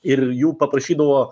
ir jų paprašydavo